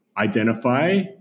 Identify